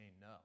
no